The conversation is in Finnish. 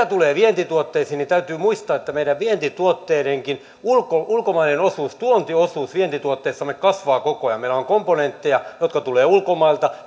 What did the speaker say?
tulee vientituotteisiin täytyy muistaa että meidän vientituotteidenkin ulkomainen ulkomainen osuus tuontiosuus vientituotteissamme kasvaa koko ajan meillä on komponentteja jotka tulevat ulkomailta